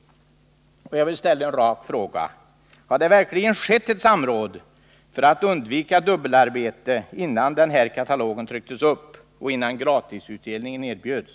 Jag vill ställa en rak fråga: Har det verkligen skett ett samråd för att undvika dubbelarbete innan den här katalogen trycktes och innan gratisutdelningen erbjöds?